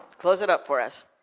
close it up for us.